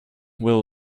will